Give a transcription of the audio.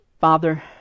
Father